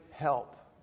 help